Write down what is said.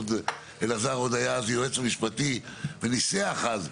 שאלעזר היה עוד היועץ המשפטי וניסח אז,